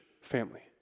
family